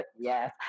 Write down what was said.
Yes